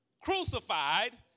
crucified